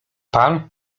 pan